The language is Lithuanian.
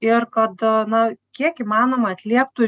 ir kad na kiek įmanoma atlieptų